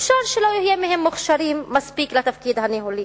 אפשר שלא יהיו בהם מוכשרים מספיק לתפקיד הניהולי.